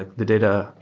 the data,